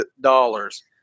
dollars